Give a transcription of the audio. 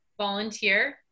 Volunteer